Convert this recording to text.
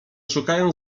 szukają